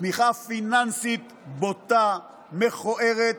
תמיכה פיננסית בוטה ומכוערת.